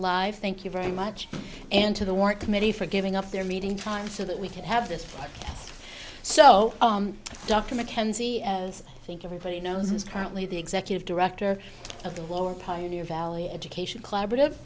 live thank you very much and to the work committee for giving up their meeting time so that we could have this so dr mckenzie as i think everybody knows is currently the executive director of the lower pioneer valley education collaborative